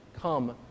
come